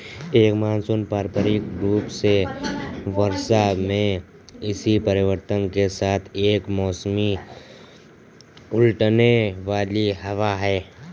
एक मानसून पारंपरिक रूप से वर्षा में इसी परिवर्तन के साथ एक मौसमी उलटने वाली हवा है